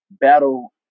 battle